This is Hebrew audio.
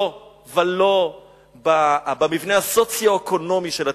לא ולא במבנה הסוציו-אקונומי של התלמידים,